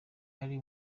ari